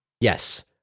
Yes